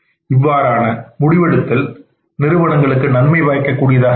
இவ்வாறான முடிவெடுத்தல் நிறுவனங்களுக்கு நன்மை பயக்கக் கூடிய தாக இருக்கும்